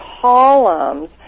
columns